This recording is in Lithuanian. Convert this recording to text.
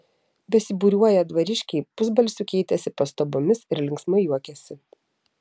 besibūriuoją dvariškiai pusbalsiu keitėsi pastabomis ir linksmai juokėsi